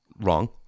wrong